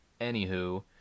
Anywho